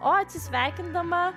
o atsisveikindama